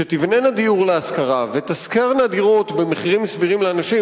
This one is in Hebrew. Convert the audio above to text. שתבנינה דיור להשכרה ותשכרנה דירות במחירים סבירים לאנשים,